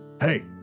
Hey